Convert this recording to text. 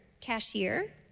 cashier